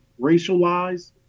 racialized